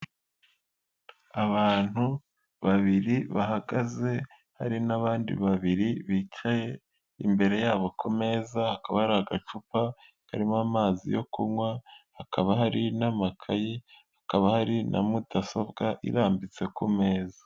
Abantu babiri bahagaze hari n'abandi babiri bicaye, imbere yabo ku meza hakaba hari agacupa karimo amazi yo kunywa, hakaba hari n'amakayi, hakaba hari na mudasobwa irambitse ku meza.